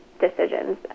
decisions